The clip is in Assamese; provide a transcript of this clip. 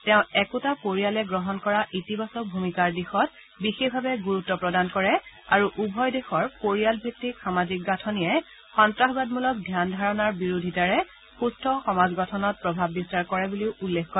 তেওঁ একোটা পৰিয়ালে গ্ৰহণ কৰা ইতিবাচক ভূমিকাৰ দিশত বিশেষভাৱে গুৰুত্ব প্ৰদান কৰে আৰু উভয় দেশৰ পৰিয়ালভিত্তিক সামাজিক গাঁঠনিয়ে সন্তাসবাদমূলক ধ্যান ধাৰণাৰ বিৰোধিতাৰে সুস্থ সমাজ গঠনত প্ৰভাৱ বিস্তাৰ কৰে বুলিও উল্লেখ কৰে